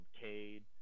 Cade